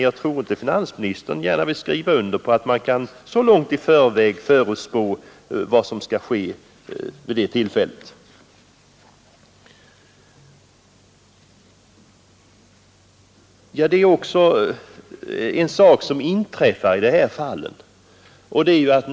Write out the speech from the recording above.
Jag tror inte att finansministern vill skriva under att man så långt i förväg kan förutspå vad som då kommer att ske.